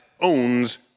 owns